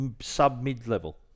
sub-mid-level